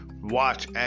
watch